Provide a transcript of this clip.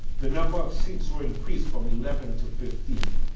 the number of seats were increased from eleven to fifteen.